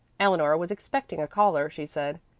eleanor was expecting a caller, she said.